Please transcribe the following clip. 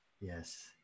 Yes